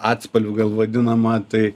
atspalviu gal vadinama tai